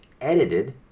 edited